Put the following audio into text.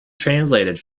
translated